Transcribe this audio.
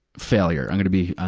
failure. i'm gonna be,